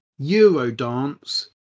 eurodance